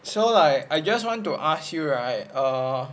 so like I just wanted to ask you right err